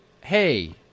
hey